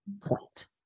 point